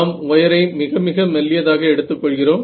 நாம் வயரை மிக மிக மெல்லியதாக எடுத்துக்கொள்கிறோம்